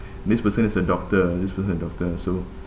this person is a doctor this person a doctor so